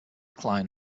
cline